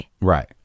Right